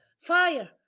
fire